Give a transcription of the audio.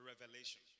revelation